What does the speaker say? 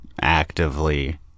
actively